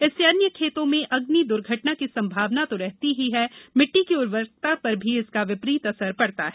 इससे अन्य खेतों में अग्नि दुर्घटना की संभावना तो रहती ही है मिट्टी की उर्वरकता पर भी विपरीत असर पडता है